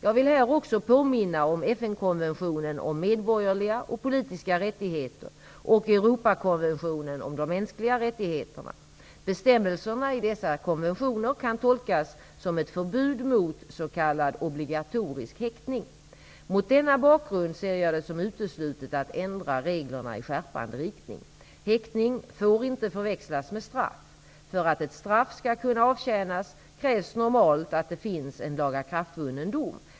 Jag vill här också påminna om FN-konventionen om medborgerliga och politiska rättigheter och Europakonventionen om de mänskliga rättigheterna. Bestämmelserna i dessa konventioner kan tolkas som ett förbud mot s.k. obligatorisk häktning. Mot denna bakgrund ser jag det som uteslutet att ändra reglerna i skärpande riktning. Häktning får inte förväxlas med straff. För att ett straff skall kunna avtjänas krävs normalt att det finns en lagakraftvunnen dom.